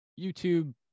YouTube